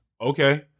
Okay